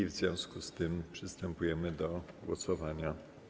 W związku z tym przystępujemy do głosowania.